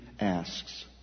asks